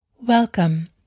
Welcome